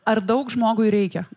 ar daug žmogui reikia